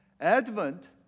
Advent